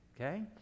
okay